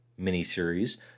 miniseries